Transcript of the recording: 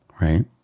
right